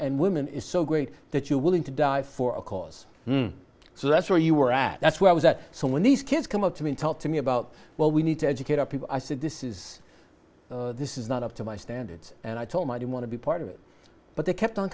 and women is so great that you're willing to die for a cause so that's where you were at that's where i was at so when these kids come up to me and tell to me about well we need to educate our people i said this is this is not up to my standards and i told my they want to be part of it but they kept on